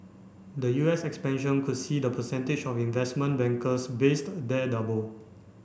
the U S expansion could see the percentage of investment bankers based there double